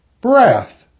Breath